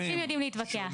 חירשים יודעים להתווכח.